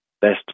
best